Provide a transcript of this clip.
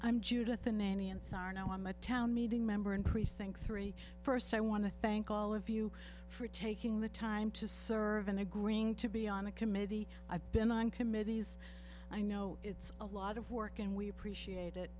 sarno i'm a town meeting member in precinct three first i want to thank all of you for taking the time to serve in agreeing to be on a committee i've been on committees i know it's a lot of work and we appreciate it